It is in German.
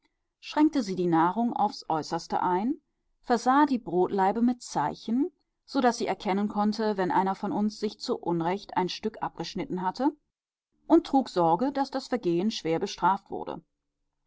schränkte sie die nahrung aufs äußerste ein versah die brotlaibe mit zeichen so daß sie erkennen konnte wenn einer von uns sich zu unrecht ein stück abgeschnitten hatte und trug sorge daß das vergehen schwer bestraft wurde